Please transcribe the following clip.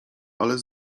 ale